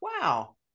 wow